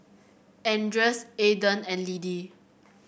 Andreas Aiden and Liddie